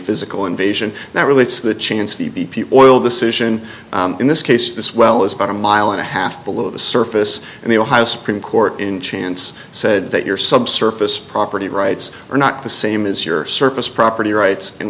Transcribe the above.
physical invasion now really it's the chance the b p oil decision in this case this well is about a mile and a half below the surface and the ohio supreme court in chance said that you're subsurface property rights are not the same as your surface property rights and